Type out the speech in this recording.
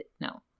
No